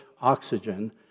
oxygen